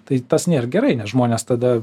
tai tas nėr gerai nes žmonės tada